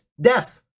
death